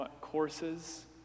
courses